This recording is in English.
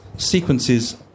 sequences